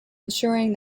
ensuring